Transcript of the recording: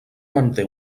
manté